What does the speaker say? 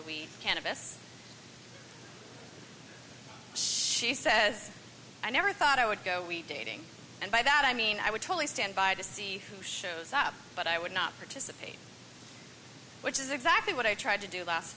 the she says i never thought i would go we dating and by that i mean i would totally stand by to see who shows up but i would not participate which is exactly what i tried to do last